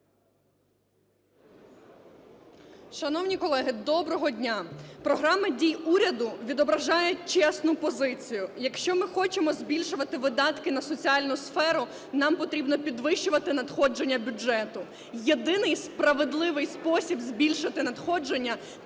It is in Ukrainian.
Шановні колеги, доброго дня! Програма дій уряду відображає чесну позицію. Якщо ми хочемо збільшувати видатки на соціальну сферу, нам потрібно підвищувати надходження бюджету. Єдиний справедливий спосіб збільшити надходження –